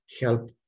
help